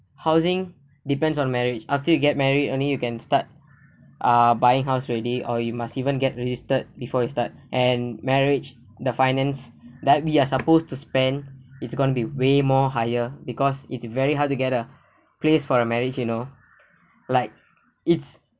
housing depends on marriage after you get married only you can start ah buying house already or you must even get registered before you start and marriage the finance that we are supposed to spend it's going to be way more higher because it's very hard to get a place for a marriage you know like it's